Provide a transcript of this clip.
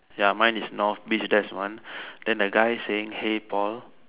ya mine is North beach that is one then the guy is saying hey Paul